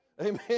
Amen